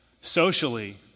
socially